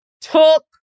took